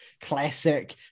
classic